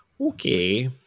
Okay